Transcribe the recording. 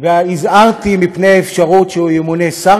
והזהרתי מפני האפשרות שהוא ימונה לשר